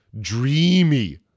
dreamy